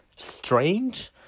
strange